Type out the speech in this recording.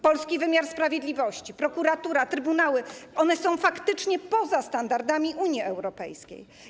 Polski wymiar sprawiedliwości, prokuratura, trybunały są faktycznie poza standardami Unii Europejskiej.